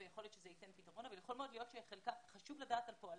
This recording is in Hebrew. ויכול להיות שזה ייתן פתרון אבל חשוב לדעת על פועלם.